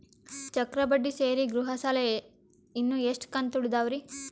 ಚಕ್ರ ಬಡ್ಡಿ ಸೇರಿ ಗೃಹ ಸಾಲ ಇನ್ನು ಎಷ್ಟ ಕಂತ ಉಳಿದಾವರಿ?